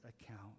account